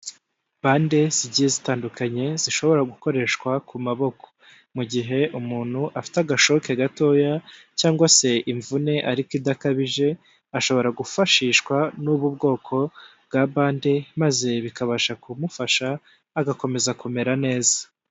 Bande zigiye zitandukanye, zishobora gukoreshwa ku maboko. Mu gihe umuntu afite agashoke gatoya cyangwa se imvune ariko idakabije, ashobora gufashishwa n'ubu bwoko bwa bande, maze bikabasha kumufasha, agakomeza kumera neza.